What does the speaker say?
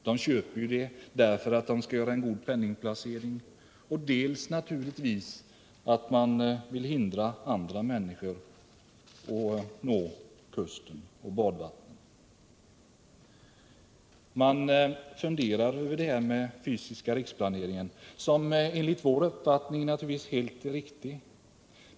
De köper ju fastigheterna dels för att göra en god penningplacering, dels naturligtvis därför att de vill hindra andra människor att nå kusten och badvattnen. Man funderar över den fysiska riksplaneringen, som enligt vår uppfattning naturligtvis är helt riktig.